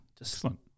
excellent